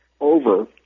over